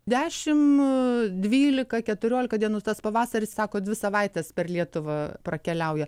dešimt dvylika keturiolika dienų tas pavasaris sako dvi savaites per lietuvą prakeliauja